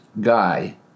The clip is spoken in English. guy